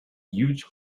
huge